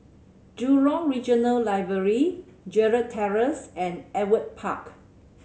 Jurong Regional Library Gerald Terrace and Ewart Park